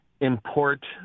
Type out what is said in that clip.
import